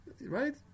Right